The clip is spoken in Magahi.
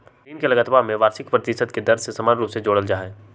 ऋण के लगतवा में वार्षिक प्रतिशत दर के समान रूप से जोडल जाहई